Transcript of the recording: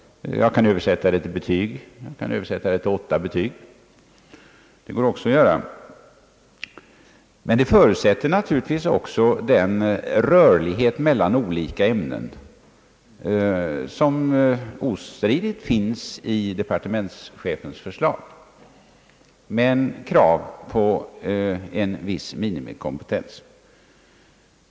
Jag kan också översätta det till en betygssumma — man skall ha åtta betyg. Naturligtvis förutsätter detta den rörlighet mellan olika ämnen, som ostridigt finns i departementschefens förslag, men med krav på en viss minimikompetens.